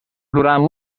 durant